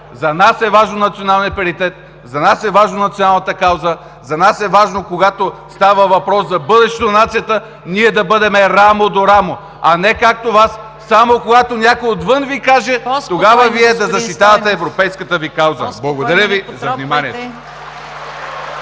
за нас е важно националният паритет, за нас е важно националната кауза, за нас е важно, когато става въпрос за бъдещето на нацията, ние да бъдем рамо до рамо, а не както Вас – само когато някой отвън Ви каже, тогава Вие да защитавате европейската Ви кауза. Благодаря Ви за вниманието.